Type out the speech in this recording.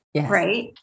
Right